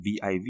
VIV